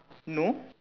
no